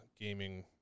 gaming